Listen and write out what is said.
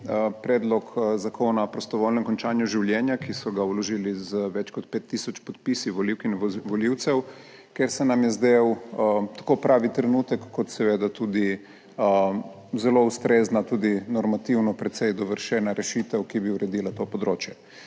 Predlog Zakona o prostovoljnem končanju življenja, ki so ga vložili z več kot 5 tisoč podpisi volivk in volivcev, ker se nam je zdel tako pravi trenutek, kot seveda tudi zelo ustrezna tudi normativno precej dovršena rešitev, ki bi uredila to področje,